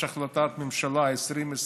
יש החלטת ממשלה 2025,